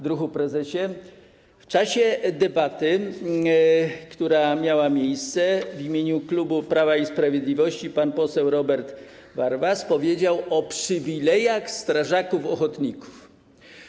Druhu prezesie, w czasie debaty, która miała miejsce, w imieniu klubu Prawa i Sprawiedliwości pan poseł Robert Warwas powiedział o przywilejach strażaków ochotników.